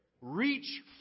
reach